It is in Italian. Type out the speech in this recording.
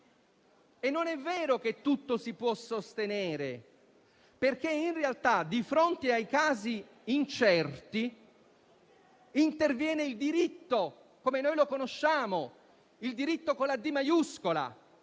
e non è vero che tutto si può sostenere perché in realtà, di fronte ai casi incerti, interviene il diritto come noi lo conosciamo: il diritto con la «d» maiuscola.